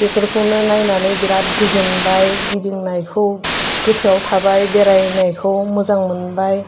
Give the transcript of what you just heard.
बेफोरखौनो नायनानै बिराद गोजोनबाय गिदिंनायखौ गोसोआव थाबाय बेरायनायखौ मोजां मोनबाय